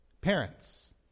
Parents